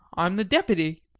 i'm the depity,